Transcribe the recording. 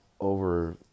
over